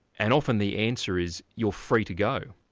and often the answer is, you're free to go.